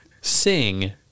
sing